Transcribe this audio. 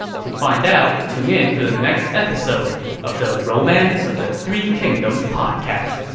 to find out, tune in to the next episode of the romance of the three kingdoms podcast.